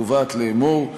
הקובעת לאמור: